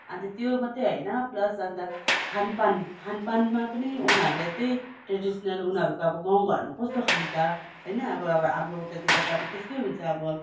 अन्त त्यो मात्रै होइन प्लस अन्त खानपान खानपानमा पनि उनीहरूले त्यही ट्रेडिसनल उनीहरूको अब गाउँ घरमा अब कस्तो खान्छ होइन अब अब हाम्रो उतातिर त अब त्यस्तै हुन्छ अब